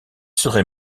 serait